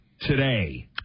today